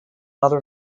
other